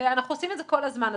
ואנחנו עושים את זה כל הזמן.